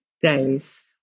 days